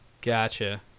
Gotcha